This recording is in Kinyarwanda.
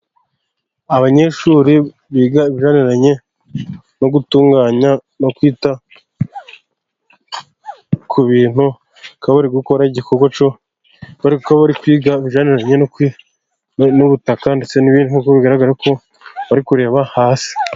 Abanyeshuri biga ibijyaniranye no gutunganya no kwita ku bintu, bakaba bari gukora igikorwa cyo kwiga ibijyaniranye n'ubutaka, ndetse n'ibindi nk'uko bigaragarako bari kureba hasi.